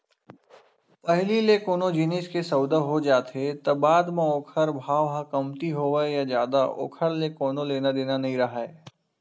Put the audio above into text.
पहिली ले कोनो जिनिस के सउदा हो जाथे त बाद म ओखर भाव ह कमती होवय या जादा ओखर ले कोनो लेना देना नइ राहय